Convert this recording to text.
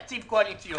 תקציב קואליציוני.